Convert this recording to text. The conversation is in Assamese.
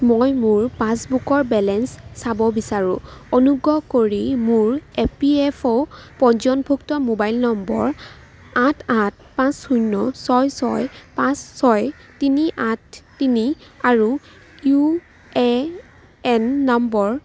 মই মোৰ পাছবুকৰ বেলেঞ্চ চাব বিচাৰোঁ অনুগ্ৰহ কৰি মোৰ ইপিএফঅ' পঞ্জীয়নভুক্ত মোবাইল নম্বৰ আঠ আঠ পাঁচ শূণ্য় ছয় ছয় পাঁচ ছয় তিনি আঠ তিনি আৰু ইউএএন নম্বৰ